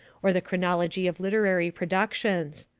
or the chronology of literary productions.